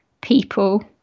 people